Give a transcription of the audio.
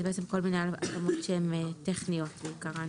תיקון